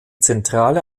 zentrale